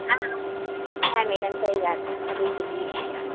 हाँ हाँ है मैडम सही बात है हम पतली दुबली हैं हाँ